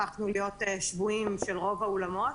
הפכנו להיות שבויים של רוב האולמות.